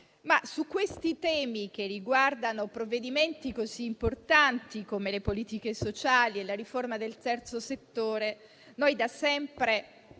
su questi temi che riguardano provvedimenti così importanti come le politiche sociali e la riforma del Terzo settore, da sempre